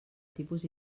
tipus